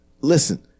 listen